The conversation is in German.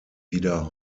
wieder